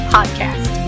Podcast